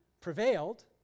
prevailed